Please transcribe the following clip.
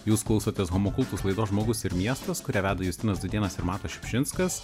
jūs klausotės homo kultus laidos žmogus ir miestas kurią veda justinas dūdėnas ir matas šiupšinskas